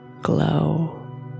glow